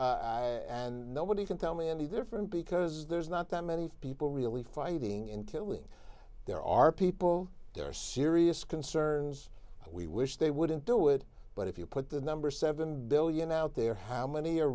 so and nobody can tell me any different because there's not that many people really fighting and killing there are people there are serious concerns we wish they wouldn't do it but if you put the number seven billion out there how many are